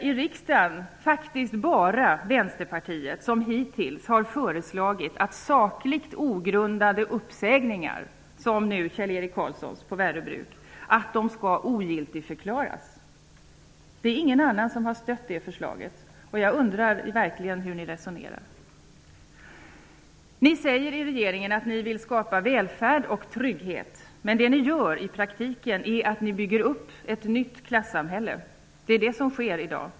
I riksdagen är det faktiskt bara Vänsterpartiet som hittills har föreslagit att sakligt ogrundade uppsägningar -- som Kjell-Erik Karlssons på Värö Bruk -- skall ogiltigförklaras. Ingen annan har stött det förslaget. Jag undrar verkligen hur ni resonerar. Ni säger i regeringen att ni vill skapa välfärd och trygghet. Men det ni gör i praktiken är att bygga upp ett nytt klassamhälle. Det är det som sker i dag.